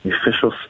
official